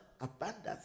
abundance